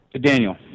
Daniel